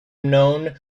known